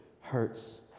hurts